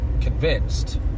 convinced